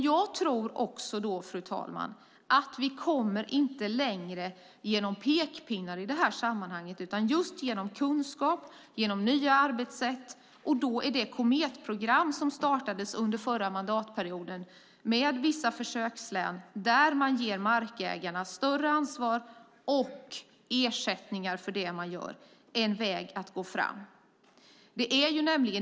Jag tror att vi inte kommer längre med pekpinnar, utan genom kunskap och nya arbetssätt. Under den förra mandatperioden startades ett kometprogram med vissa försökslän där man ger markägarna större ansvar och ersättning för det de gör. Det tror jag är en väg att gå.